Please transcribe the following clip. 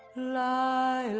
la and